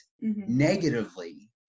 negatively